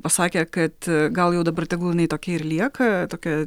pasakė kad gal jau dabar tegul jinai tokia ir lieka tokia